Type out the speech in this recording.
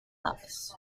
laos